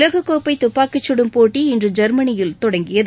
உலகக்கோப்பை துப்பாக்கிச் சுடும் போட்டி இன்று ஜெர்மனியில் தொடங்கியது